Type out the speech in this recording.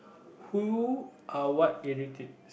who or what irritates